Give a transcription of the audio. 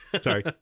sorry